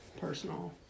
personal